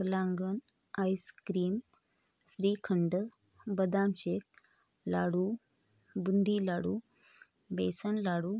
kalakand ice cream shrikhand बदाम shake laddoo boondi laddoo besan लाडू